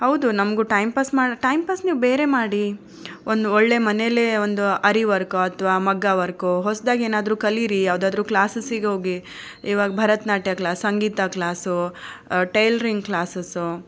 ಹೌದು ನಮಗೂ ಟೈಂಪಾಸ್ ಮಾ ಟೈಂಪಾಸ್ ನೀವು ಬೇರೆ ಮಾಡಿ ಒಂದು ಒಳ್ಳೆಯ ಮನೇಲೆ ಒಂದು ಅರಿವರ್ಕೋ ಅಥ್ವಾ ಮಗ್ಗಾ ವರ್ಕೋ ಹೊಸದಾಗಿ ಏನಾದರೂ ಕಲೀರಿ ಯಾವ್ದಾದರೂ ಕ್ಲಾಸಸಿಗೆ ಹೋಗಿ ಇವಾಗ ಭರತನಾಟ್ಯ ಕ್ಲಾಸ್ ಸಂಗೀತ ಕ್ಲಾಸು ಟೈಲ್ರಿಂಗ್ ಕ್ಲಾಸ್ಸಸು